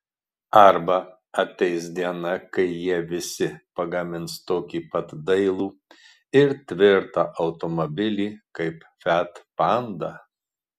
arba ateis diena kai jie visi pagamins tokį pat dailų ir tvirtą automobilį kaip fiat panda